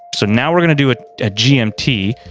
so now, we're gonna do a ah gmt.